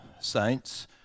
saints